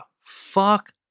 fuck